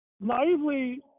naively